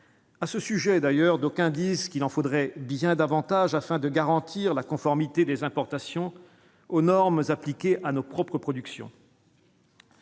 à ce sujet d'ailleurs, d'aucuns disent qu'il en faudrait bien davantage afin de garantir la conformité des importations aux normes appliquées à nos propres productions.